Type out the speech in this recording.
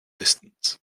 distance